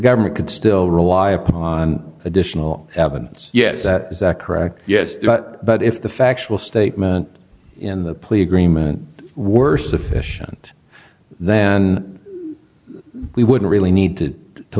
government could still rely upon additional evidence yes that is that correct yes but if the factual statement in the plea agreement worse sufficient then we would really need to